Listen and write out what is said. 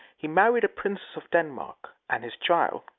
he married a princess of denmark and his child,